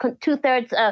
two-thirds